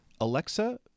Alexa